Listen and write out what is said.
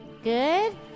Good